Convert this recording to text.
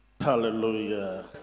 Hallelujah